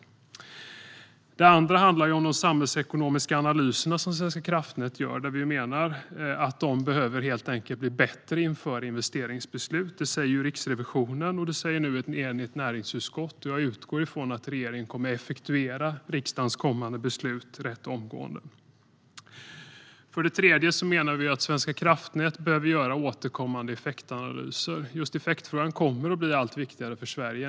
För det andra handlar det om de samhällsekonomiska analyser som Svenska kraftnät gör. Vi menar att de helt enkelt behöver bli bättre inför investeringsbeslut. Det säger Riksrevisionen, och det säger nu ett enigt näringsutskott. Jag utgår från att regeringen kommer att effektuera riksdagens kommande beslut rätt omgående. För det tredje menar vi att Svenska kraftnät behöver göra återkommande effektanalyser. Just effektfrågan kommer att bli allt viktigare för Sverige.